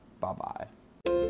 Bye-bye